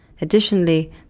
Additionally